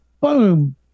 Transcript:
boom